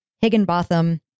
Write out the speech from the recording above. Higginbotham